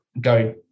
go